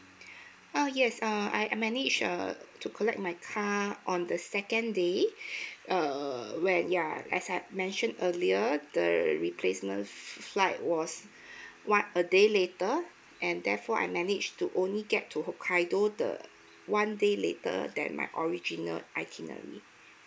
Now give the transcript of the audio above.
oh yes um I manage uh to collect my car on the second day err when ya as I mentioned earlier the replacement flight was one a day later and therefore I manage to only get to hokkaido the one day later than my original itinerary